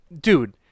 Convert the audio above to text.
dude